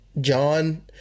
John